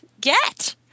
get